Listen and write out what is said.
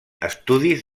estudis